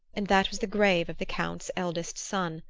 and that was the grave of the count's eldest son,